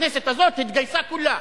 הכנסת הזאת התגייסה כולה.